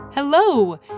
Hello